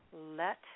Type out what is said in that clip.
Let